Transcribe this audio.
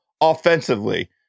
offensively